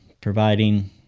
providing